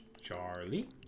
Charlie